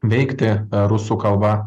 veikti rusų kalba